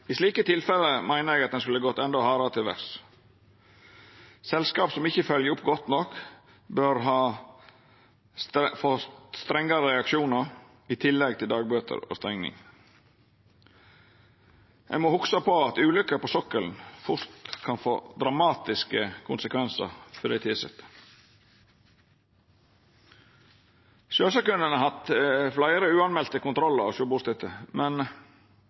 I slike tilfelle meiner eg ein skulle gått endå hardare til verks. Selskap som ikkje følgjer opp godt nok, bør få strengare reaksjonar i tillegg til dagbøter og stenging. Ein må hugsa på at ulukker på sokkelen fort kan få dramatiske konsekvensar for dei tilsette. Sjølvsagt kunne ein hatt fleire umelde kontrollar osb., men iallfall på plattformer er det krevjande. Helikopteret lyt nok uansett varslast, og